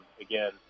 again